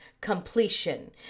completion